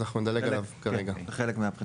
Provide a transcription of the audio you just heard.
אז אנחנו נדלג עליו כרגע בסדר?